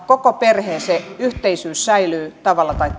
koko perheen yhteisyys säilyy tavalla tai